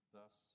Thus